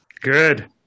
Good